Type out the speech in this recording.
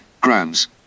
grams